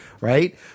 right